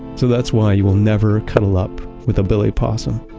so that's why you will never cuddle up with a billy possum.